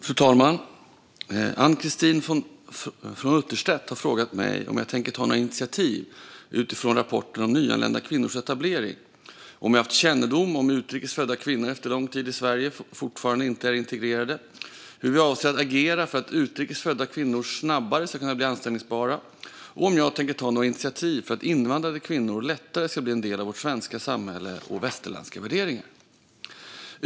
Fru talman! Ann-Christine From Utterstedt har frågat mig om jag tänker ta några initiativ utifrån rapporten om nyanlända kvinnors etablering, om jag har haft kännedom om att utrikes födda kvinnor efter lång tid i Sverige fortfarande inte är integrerade, hur jag avser att agera för att utrikes födda kvinnor snabbare ska bli anställbara och om jag tänker ta några initiativ för att invandrade kvinnor lättare ska bli en del av vårt svenska samhälle och västerländska värderingar.